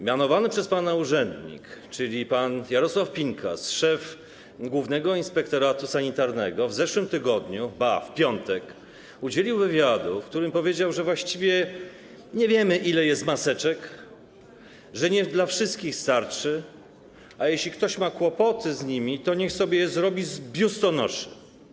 Mianowany przez pana urzędnik, czyli pan Jarosław Pinkas, szef Głównego Inspektoratu Sanitarnego, w zeszłym tygodniu, ba - w piątek, udzielił wywiadu, w którym powiedział, że właściwie nie wiemy, ile jest maseczek, że nie dla wszystkich starczy, a jeśli ktoś ma kłopoty z nimi, to niech sobie je zrobi z biustonoszy.